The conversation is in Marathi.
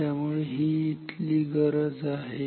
त्यामुळे ही इथली गरज आहे